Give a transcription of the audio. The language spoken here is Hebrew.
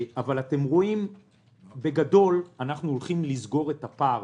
אבל אתם רואים בגדול שאנחנו הולכים לסגור את הפער.